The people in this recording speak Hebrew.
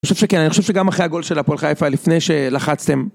אני חושב שכן, אני חושב שגם אחרי הגול של הפועל חיפה לפני שלחצתם